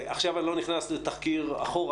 ועכשיו אני לא נכנס לתחקיר אחורה.